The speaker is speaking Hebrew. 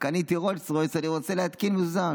קניתי רולס רויס, אני רוצה להתקין מזוזה.